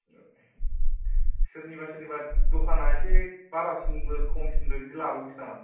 सोरनिबा सोरनिबा दखाना एसे बारासिनबो खमसिनबो बिदि लाबावोसो नामा